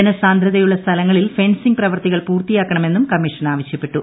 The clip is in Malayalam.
ജനസാന്ദ്രതയുള്ള സ്ഥലങ്ങളിൽ ഫെൻസിംഗ് പ്രവർത്തികൾ പൂർത്തിയാക്കണമെന്നും കമ്മീഷൻ ആവശ്യപ്പെട്ടു